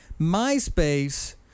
MySpace